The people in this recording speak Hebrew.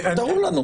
תראו לנו.